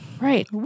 Right